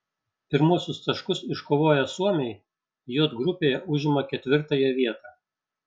pirmuosius taškus iškovoję suomiai j grupėje užima ketvirtąją vietą